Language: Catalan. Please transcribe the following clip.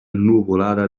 nuvolada